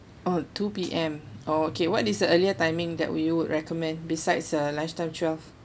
oh two P_M oh okay what is the earlier timing that would you recommend besides uh lunch time twelve